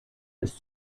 ist